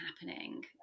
happening